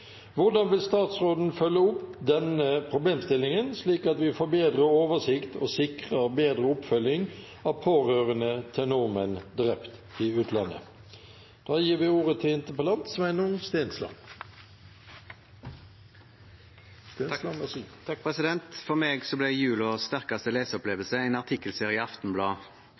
Hvordan vil justisministeren følge opp denne problemstillingen, slik at vi får bedre oversikt og sikrer bedre oppfølging av pårørende til nordmenn drept i utlandet?